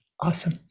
awesome